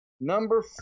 Number